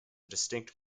distinct